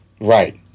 Right